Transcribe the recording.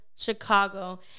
chicago